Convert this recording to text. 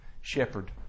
shepherd